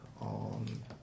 on